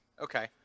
Okay